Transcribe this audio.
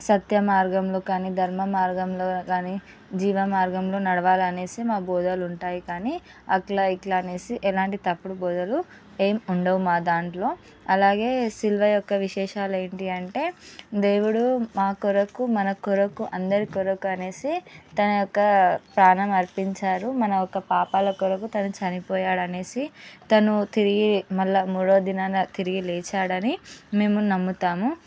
సత్య మార్గంలో కానీ ధర్మ మార్గంలో కానీ జీవ మార్గంలో నడవాలి అనేసి మా బోధనలు ఉంటాయి కానీ అట్లా ఇట్లా అనేసి ఎలాంటి తప్పుడు బోధనలు ఏం ఉండవు మా దాంట్లో అలాగే సిలువ యొక్క విశేషాలు ఏంటి అంటే దేవుడు మా కొరకు మన కొరకు అందరి కొరకు అనేసి తన యొక్క ప్రాణం అర్పించాడు మన యొక్క పాపాల కొరకు తను చనిపోయాడు అనేసి తను తిరిగి మళ్ళా మూడవ దినాన తిరిగి లేచాడు అనేసి మేము నమ్ముతాము